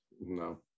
no